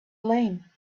lame